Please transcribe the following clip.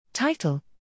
Title